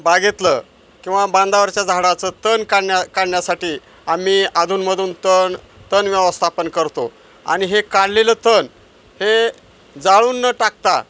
बागेतलं किंवा बांदावरच्या झाडाचं तण काढण्या काढण्यासाठी आम्ही अधूनमधून तण तण व्यवस्थापन करतो आणि हे काढलेलं तण हे जाळून न टाकता